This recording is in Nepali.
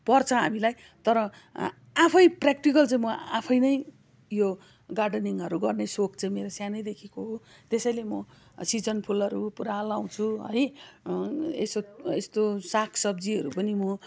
पर्छ हामीलाई तर आफै प्रेकटिकल चाहिँ म आफै नै यो गार्डनिङहरू गर्ने सोख चाहिँ मेरो सानैदेखिको हो त्यसैले म सिजन फुलहरू पुरा लगाउँछु है यसो यस्तो सागसब्जीहरू पनि म